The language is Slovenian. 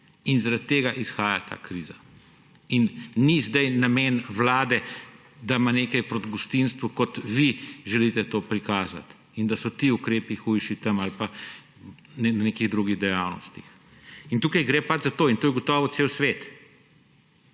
In zaradi tega izhaja ta kriza. In ni zdaj namen Vlade, da ima nekaj proti gostinstvu, kot vi želite to prikazati, in da so ti ukrepi hujši tam ali pa pri nekih drugih dejavnostih. Tukaj gre za to, in to je ugotovil cel svet